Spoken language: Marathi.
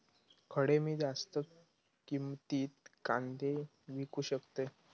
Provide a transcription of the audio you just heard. खडे मी जास्त किमतीत कांदे विकू शकतय?